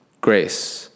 grace